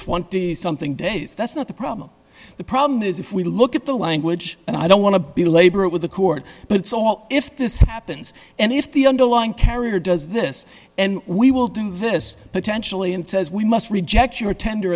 twenty something days that's not the problem the problem is if we look at the language and i don't want to belabor it with the court but it's all if this happens and if the underlying carrier does this and we will do this potentially and says we must reject your tender